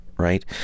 Right